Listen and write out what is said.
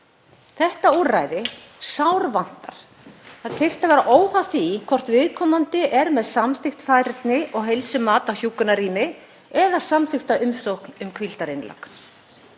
Þetta úrræði sárvantar. Það þyrfti að vera óháð því hvort viðkomandi væri með samþykkt færni- og heilsumat á hjúkrunarrými eða samþykkta umsókn um hvíldarinnlögn.